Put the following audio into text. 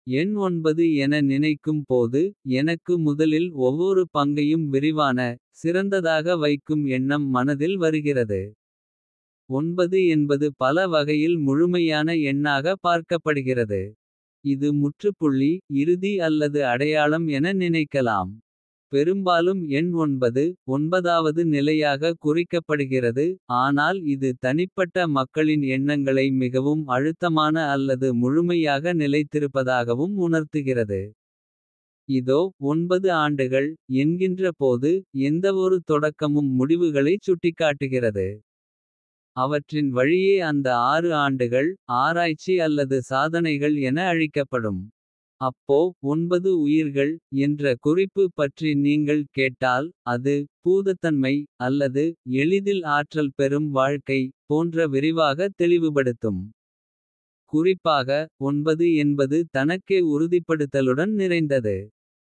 எண் என நினைக்கும் போது எனக்கு முதலில் ஒவ்வொரு. பங்கையும் விரிவான சிறந்ததாக வைக்கும் எண்ணம். மனதில் வருகிறது என்பது பல வகையில் முழுமையான. எண்ணாக பார்க்கப்படுகிறது இது முற்றுப்புள்ளி. இறுதி அல்லது அடையாளம் என நினைக்கலாம் பெரும்பாலும் எண். ஒன்பதாவது நிலையாக குறிக்கப்படுகிறது ஆனால் இது தனிப்பட்ட. மக்களின் எண்ணங்களை மிகவும் அழுத்தமான. அல்லது முழுமையாக நிலைத்திருப்பதாகவும் உணர்த்துகிறது. இதோ ஆண்டுகள் என்கின்ற போது. எந்தவொரு தொடக்கமும் முடிவுகளைச் சுட்டிக்காட்டுகிறது. அவற்றின் வழியே அந்த ஆறு ஆண்டுகள் ஆராய்ச்சி அல்லது. சாதனைகள் என அழிக்கப்படும் அப்போ உயிர்கள் என்ற. குறிப்பு பற்றி நீங்கள் கேட்டால் அது பூதத்தன்மை அல்லது. எளிதில் ஆற்றல் பெறும் வாழ்க்கை போன்ற விரிவாக தெளிவுபடுத்தும். குறிப்பாக என்பது தனக்கே உறுதிப்படுத்தலுடன் நிறைந்தது.